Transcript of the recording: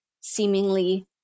seemingly